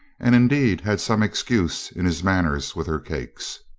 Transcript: and indeed had some excuse in his manners with her cakes.